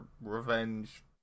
revenge